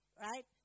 right